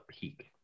peak